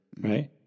Right